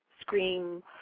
scream